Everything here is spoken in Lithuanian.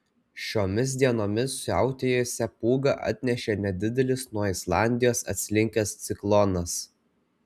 šiomis dienomis siautėjusią pūgą atnešė nedidelis nuo islandijos atslinkęs ciklonas